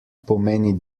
pomeni